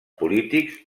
polítics